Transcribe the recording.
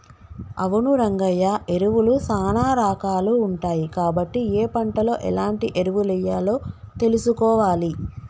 అవును రంగయ్య ఎరువులు సానా రాకాలు ఉంటాయి కాబట్టి ఏ పంటలో ఎలాంటి ఎరువులెయ్యాలో తెలుసుకోవాలి